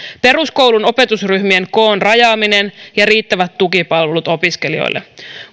peruskoulun opetusryhmien koon rajaaminen ja riittävät tukipalvelut opiskelijoille